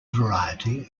variety